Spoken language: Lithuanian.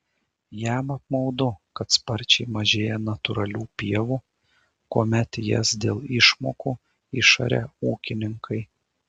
jam apmaudu kad sparčiai mažėja natūralių pievų kuomet jas dėl išmokų išaria ūkininkai